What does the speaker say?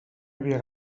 havia